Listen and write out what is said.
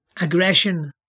aggression